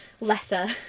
lesser